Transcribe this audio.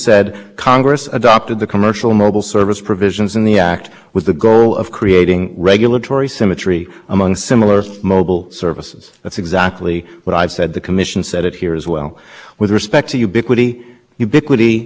because it's the one opportunity the public has to learn what the agency thinks it knows as the repository of expert opinion and so the agency has to give some have to has to give notice in what the court called a concrete and focused form